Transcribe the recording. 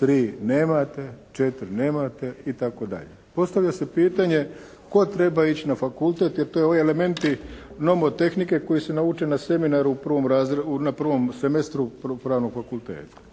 3. nemate, 4. nemate itd. Postavlja se pitanje tko treba ići na fakultete, jer to elementi nomotehnike koji se nauče na seminaru na prvom semestru Pravnog fakulteta.